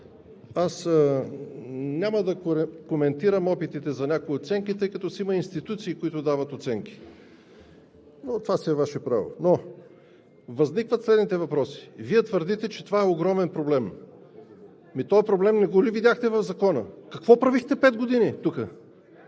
Аз няма да коментирам опитите за някои оценки, тъй като си има институции, които дават оценки. Но това си е Ваше право. Възникват обаче следните въпроси: Вие твърдите, че това е огромен проблем. Ами този проблем не го ли видяхте в Закона? Какво правихте пет години тук?